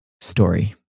story